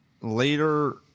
later